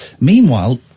Meanwhile